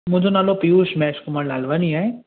मुंहिंजो नालो पियूष महेश कुमार लालवानी आहे